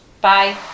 Bye